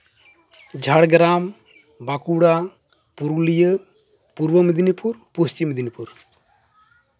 Jhargram Bankura Purulia Purba Medinipur Paschim Medinipur